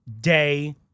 day